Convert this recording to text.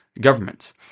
governments